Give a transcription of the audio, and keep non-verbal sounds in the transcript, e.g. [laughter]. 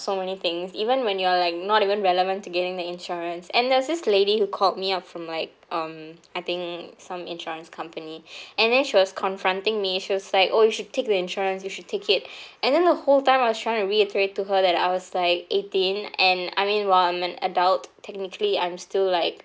so many things even when you are like not even relevant to getting the insurance and there's this lady who called me up from like um I think some insurance company [breath] and then she was confronting me she was like oh you should take the insurance you should take it [breath] and then the whole time I was trying to reiterate to her that I was like eighteen and I mean while I'm an adult technically I'm still like